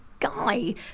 guy